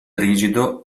rigido